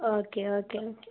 okay okay okay